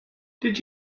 did